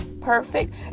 perfect